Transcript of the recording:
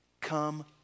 Come